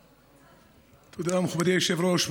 תודה, מכובדי היושב-ראש.